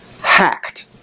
hacked